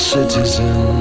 Citizen